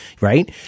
right